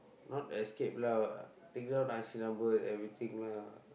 not escape lah take down I_C number and everything lah